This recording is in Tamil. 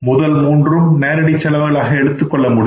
முதல் மூன்றும் நேரடி செலவுகளாக எடுத்துக் கொள்ள முடியும்